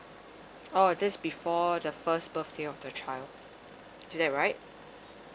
oh this before the first birthday of the child is that right